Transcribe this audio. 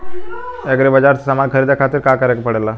Agri बाज़ार से समान ख़रीदे खातिर का करे के पड़ेला?